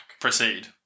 Proceed